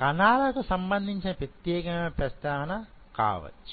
కణాలకు సంబంధించిన ప్రత్యేకమైన ప్రస్తావన కావచ్చు